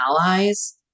allies